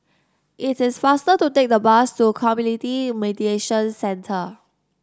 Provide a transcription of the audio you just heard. it is faster to take the bus to Community Mediation Centre